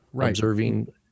observing